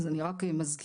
אז אני רק מזכירה.